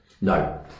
No